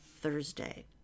Thursday